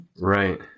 Right